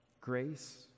grace